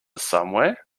somewhere